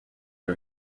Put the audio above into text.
may